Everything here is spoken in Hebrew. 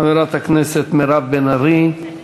חברת הכנסת מירב בן ארי.